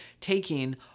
taking